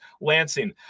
lansing